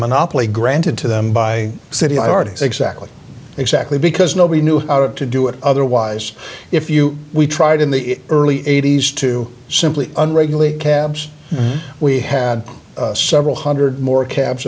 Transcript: monopoly granted to them by city i r t exactly exactly because nobody knew how to do it otherwise if you we tried in the early eighty's to simply unregulated cabs we had several hundred more cabs